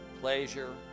pleasure